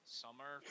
summer